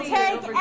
take